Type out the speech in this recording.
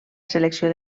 selecció